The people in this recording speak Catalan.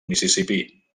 mississipí